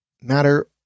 matter